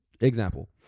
Example